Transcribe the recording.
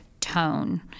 tone